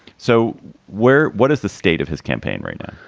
so where what is the state of his campaign right now?